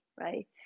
right